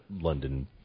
London